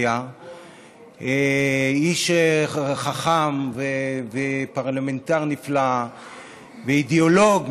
איש חכם ופרלמנטר נפלא ואידיאולוג,